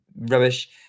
rubbish